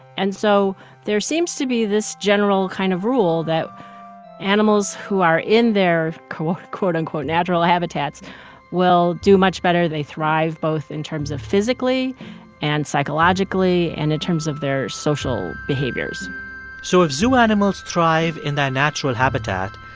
and so there seems to be this general kind of rule that animals who are in their, quote, unquote, natural habitats will do much better. they thrive both in terms of physically and psychologically and in terms of their social behaviors so if zoo animals thrive in their natural habitat,